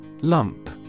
Lump